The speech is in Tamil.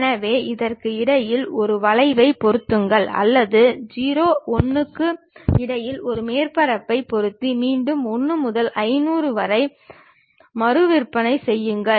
எனவே அதற்கு இடையில் ஒரு வளைவைப் பொருத்துங்கள் அல்லது 0 1 க்கு இடையில் ஒரு மேற்பரப்பை பொருத்தி மீண்டும் 1 முதல் 500 வரை மறுவிற்பனை செய்யுங்கள்